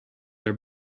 are